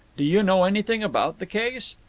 do you know anything about the case?